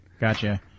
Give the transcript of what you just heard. Gotcha